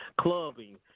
clubbing